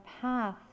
path